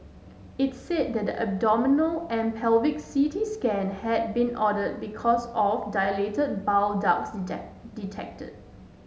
it's said the abdominal and pelvic C T scan had been ordered because of dilated bile ducts detected